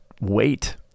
wait